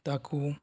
ତାକୁ